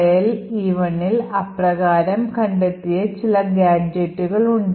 file e1ൽ അപ്രകാരം കണ്ടെത്തിയ ചില ഗാഡ്ജെറ്റുകൾ ഉണ്ട്